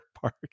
park